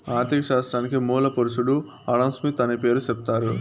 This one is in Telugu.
ఆర్ధిక శాస్త్రానికి మూల పురుషుడు ఆడంస్మిత్ అనే పేరు సెప్తారు